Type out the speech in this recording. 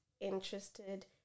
interested